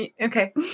Okay